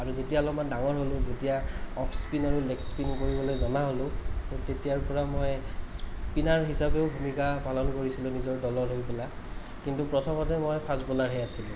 আৰু যেতিয়া অলপমান ডাঙৰ হ'লোঁ যেতিয়া অফ্ স্পিন আৰু লেগ স্পিন কৰিবলৈ জনা হ'লোঁ সেই তেতিয়াৰ পৰা মই স্পিনাৰ হিচাপেও ভূমিকা পালন কৰিছিলোঁ নিজৰ দলৰ হৈ পেলাই কিন্তু প্ৰথমতে মই ফাষ্ট বলাৰহে আছিলোঁ